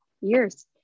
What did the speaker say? years